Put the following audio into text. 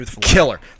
killer